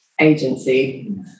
agency